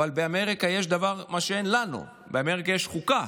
אבל באמריקה יש דבר שאין לנו: באמריקה יש חוקה